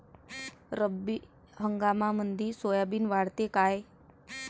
रब्बी हंगामामंदी सोयाबीन वाढते काय?